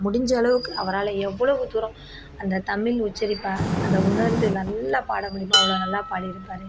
முடிஞ்சளவுக்கு அவரால் எவ்வளவு தூரம் அந்த தமிழ் உச்சரிப்பை அதை உணர்ந்து நல்லா பாடமுடியுமோ அவ்வளோ நல்லா பாடியிருப்பாரு